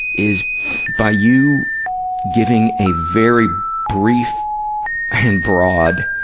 is by you giving a very brief and broad